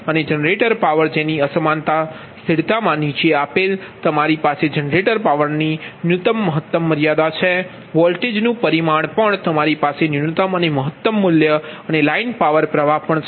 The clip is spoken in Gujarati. અને જનરેટર પાવર જેવી અસમાનતા સ્થિરતામાં નીચે આપેલ તમારી પાસે જનરેટર પાવરની ન્યૂનતમ મહત્તમ મર્યાદા છે વોલ્ટેજનું પરિમાણ પણ તમારી પાસે ન્યૂનતમ અને મહત્તમ મૂલ્ય અને લાઇન પાવર પ્રવાહ છે